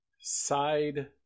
Side